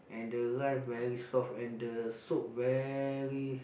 and the rice very soft and the soup very